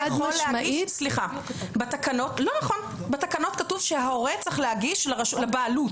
בתקנות כתוב שההורה צריך להגיש לבעלות.